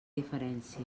diferència